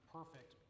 perfect